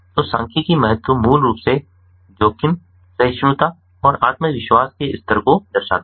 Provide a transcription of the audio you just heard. तो सांख्यिकीय महत्व मूल रूप से जोखिम सहिष्णुता और आत्मविश्वास के स्तर को दर्शाता है